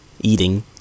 Eating